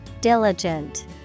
Diligent